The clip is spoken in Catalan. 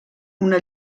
una